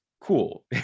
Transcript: cool